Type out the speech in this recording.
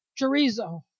chorizo